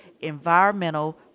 Environmental